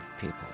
people